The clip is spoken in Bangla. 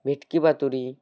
ভেটকি পাতুরি